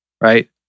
right